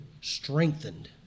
strengthened